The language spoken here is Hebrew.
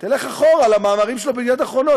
תלך אחורה למאמרים שלו ב"ידיעות אחרונות",